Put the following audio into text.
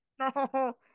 No